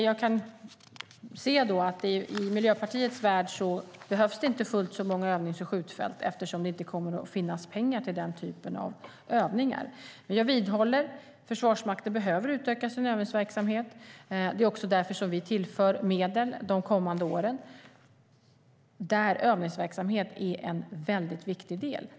Jag kan se att det i Miljöpartiets värld inte behövs fullt så många övnings och skjutfält, eftersom det inte kommer att finnas pengar till den typen av övningar. Jag vidhåller att Försvarsmakten behöver utveckla sin övningsverksamhet, och det är därför som vi tillför medel de kommande åren. Där är övningsverksamhet en väldigt viktig del.